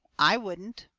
i wouldn't,